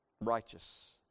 righteous